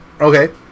Okay